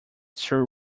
sir